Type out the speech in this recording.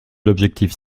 l’objectif